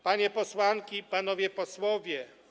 Panie Posłanki i Panowie Posłowie!